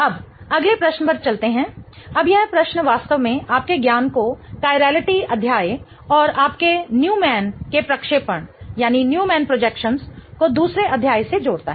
अब अगले प्रश्न पर चलते हैं अब यह प्रश्न वास्तव में आपके ज्ञान को कायरालेटी अध्याय और आपके न्यूमैन के प्रक्षेपण को दूसरे अध्याय से जोड़ता है